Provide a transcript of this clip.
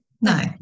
no